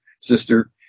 sister